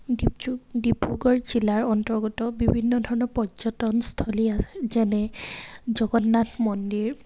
ডিব্ৰুগ ডিব্ৰুগড় জিলাৰ অন্তৰ্গত বিভিন্ন ধৰণৰ পৰ্যটনস্থলী আছে যেনে জগন্নাথ মন্দিৰ